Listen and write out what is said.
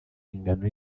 ingano